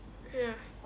ya